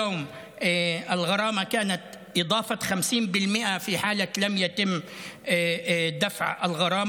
עד היום הקנס היה תוספת של 50% אם הקנס לא היה משולם,